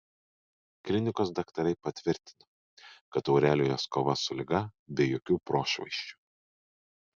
klinikos daktarai patvirtino kad aurelijos kova su liga be jokių prošvaisčių